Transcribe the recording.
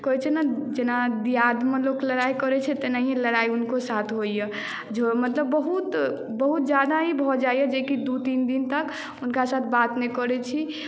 कहैत छै ने जेना दियादमे लोक लड़ाइ करै छै तेनाही लड़ाइ हुनको साथ होइए जे ओ मतलब बहुत बहुत ज्यादा ही भऽ जाइए जेकि दू तीन दिन तक हुनका साथ बात नहि करै छी